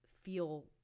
feel